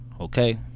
okay